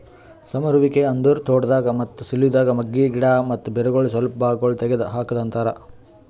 ಸಮರುವಿಕೆ ಅಂದುರ್ ತೋಟದಾಗ್, ಮತ್ತ ಸಿಲ್ವಿದಾಗ್ ಮಗ್ಗಿ, ಗಿಡ ಮತ್ತ ಬೇರಗೊಳ್ ಸ್ವಲ್ಪ ಭಾಗಗೊಳ್ ತೆಗದ್ ಹಾಕದ್ ಅಂತರ್